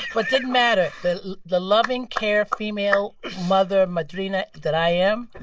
but didn't matter. the the loving, caring, female, mother, madrina that i am,